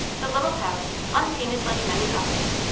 the little house, unpainted like many others,